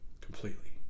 completely